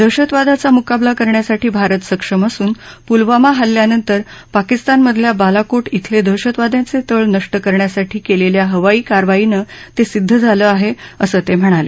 दहशतवादाचा मुकाबला करण्यासाठी भारत सक्षम असून पुलवामा हल्ल्यानंतर पाकिस्तानमधल्या बालाकोट श्रेले दहशतवाद्यांचे तळ नष्ट करण्यासाठी केलेल्या हवाई कारवाईनं ते सिद्ध झालं आहे असं ते म्हणाले